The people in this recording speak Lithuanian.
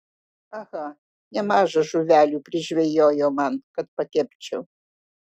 aha nemaža žuvelių prižvejojo man kad pakepčiau